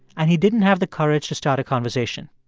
and he didn't have the courage to start a conversation.